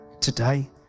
today